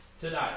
today